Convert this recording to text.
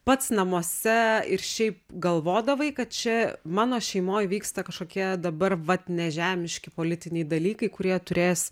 pats namuose ir šiaip galvodavai kad čia mano šeimoj vyksta kažkokie dabar vat nežemiški politiniai dalykai kurie turės